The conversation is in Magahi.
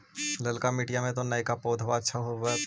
ललका मिटीया मे तो नयका पौधबा अच्छा होबत?